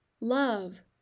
Love